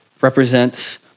represents